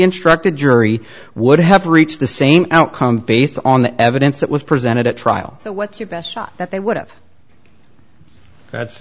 instruct the jury would have reached the same outcome based on the evidence that was presented at trial so what's your best shot that they would have that's